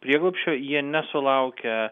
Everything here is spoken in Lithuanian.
prieglobsčio jie nesulaukia